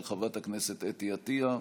של חברת הכנסת אתי עטייה,